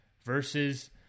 versus